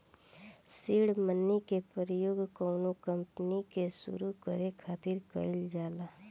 seed money के प्रयोग कौनो कंपनी के सुरु करे खातिर कईल जाला